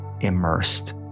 immersed